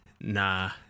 Nah